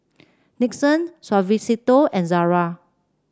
Nixon Suavecito and Zara